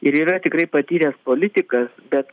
ir yra tikrai patyręs politikas bet